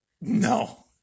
no